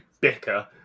bicker